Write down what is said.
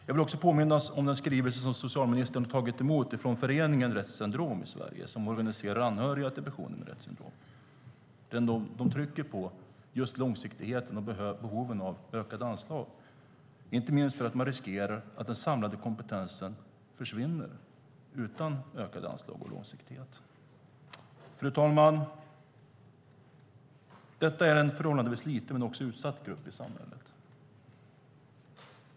Jag vill också påminna om den skrivelse socialministern tagit emot från föreningen Rett Syndrom i Sverige, som organiserar anhöriga till personer med Retts syndrom. De trycker på just långsiktigheten och behovet av ökade anslag, inte minst för att man riskerar att den samlade kompetensen försvinner utan ökade anslag och långsiktighet. Fru talman! Detta är en förhållandevis liten men också utsatt grupp i samhället.